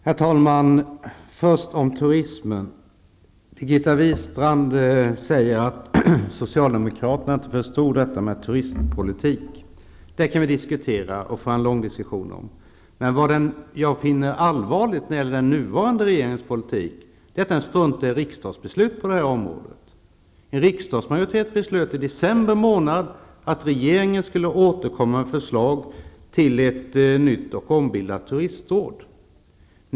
Herr talman! Först om turismen. Birgitta Wistrand säger att socialdemokraterna inte förstod detta med turistpolitik. Det kunde vi föra en lång diskussion om. Men vad jag finner allvarligt i den nuvarande regeringens politik är att regeringen struntar i ett riksdagsbeslut på det här området. En riksdagsmajoritet beslöt i december att regeringen skulle få återkomma med förslag till ett nytt och ombildat turistråd.